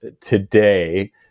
today